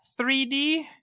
3D